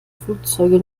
flugzeuge